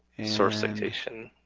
source citation.